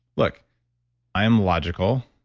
look i am logical.